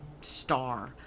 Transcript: star